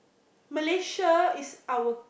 Malaysia is our